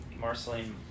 Marceline